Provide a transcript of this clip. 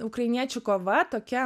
ukrainiečių kova tokia